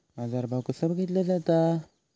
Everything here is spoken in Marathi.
बाजार भाव कसो बघीतलो जाता?